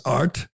art